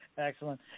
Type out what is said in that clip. Excellent